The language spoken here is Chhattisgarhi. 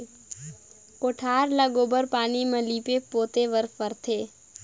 कोठार ल गोबर पानी म लीपे पोते बर परथे